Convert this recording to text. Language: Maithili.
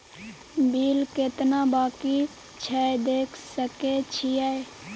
बिल केतना बाँकी छै देख सके छियै?